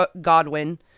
Godwin